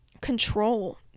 control